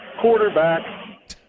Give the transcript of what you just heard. quarterback